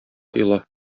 илаһ